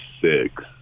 six